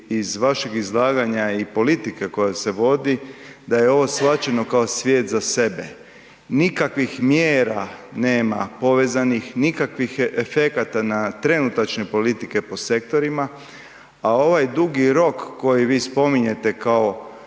iz vašeg izlaganja i politike koja se vodi da je ovo shvaćeno kao svijet za sebe. Nikakvih mjera nema povezanih, nikakvih efekata na trenutačne politike po sektorima, a ovaj dugi rok koji vi spominjete kao